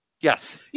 Yes